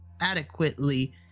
adequately